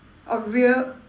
orh real